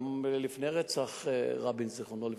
גם לפני רצח רבין, זיכרונו לברכה,